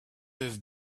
have